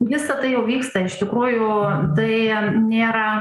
visa tai jau vyksta iš tikrųjų tai a nėra